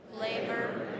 labor